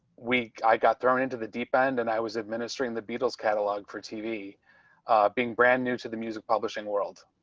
we i got thrown into the deep end. and i was administering the beatles catalog for tv being brand new to the music publishing world.